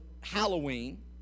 Halloween